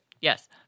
Yes